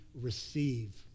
receive